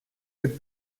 could